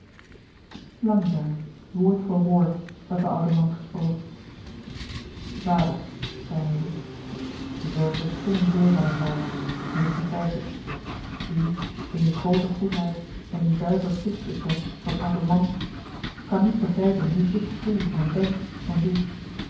langzaam woord voor woord had de oude man gesproken vader zei henri wij verschillen veel van elkaâr en ik begrijp het u in uw groote goedheid en uw zuiver plichtsbesef van ouden man kan niet begrijpen hoe ik voel en denk en doe